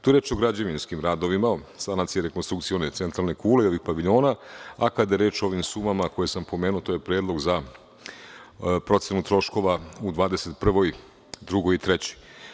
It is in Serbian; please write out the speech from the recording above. Tu je reč o građevinskim radovima, sanacija i rekonstrukcija one Centralne kule, ili paviljona, a kada je reč o ovim sumama koje sam pomenuo, to je predlog za procenu troškova u 2021, 2022. i 2023. godini.